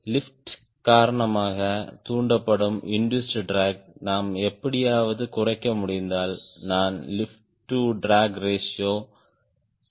lift காரணமாக தூண்டப்படும் induced drag நாம் எப்படியாவது குறைக்க முடிந்தால் நான் லிப்ட் டு ட்ராக் ரேஷியோ சரியாக மேம்படுத்த முடியும்